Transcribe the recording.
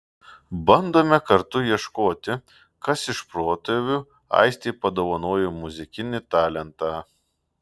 bandome kartu ieškoti kas iš protėvių aistei padovanojo muzikinį talentą